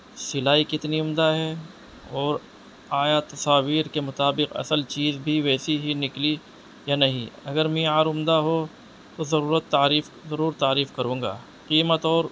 سلائی کتنی عمدہ ہے اور آیا تصاویر کے مطابق اصل چیز بھی ویسی ہی نکلی یا نہیں اگر معیار عمدہ ہو تو ضرورت تعریف ضرور تعریف کروں گا قیمت اور